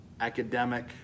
academic